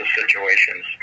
situations